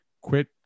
quit